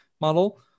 model